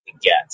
get